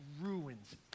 ruins